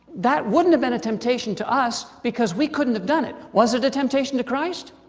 that wouldn't have been a temptation to us, because we couldn't have done it. was it a temptation to christ?